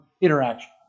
interaction